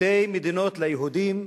שתי מדינות ליהודים,